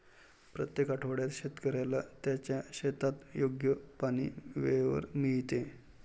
प्रत्येक आठवड्यात शेतकऱ्याला त्याच्या शेतात योग्य पाणी वेळेवर मिळते